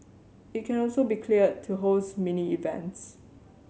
it can also be cleared to host mini events